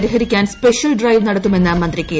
പരിഹാരിക്കാൻ special drive നടത്തുമെന്ന് മന്ത്രി K